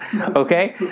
Okay